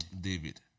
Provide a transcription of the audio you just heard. David